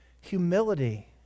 humility